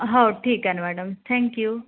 हो ठीक आहे ना मॅडम थँक्यू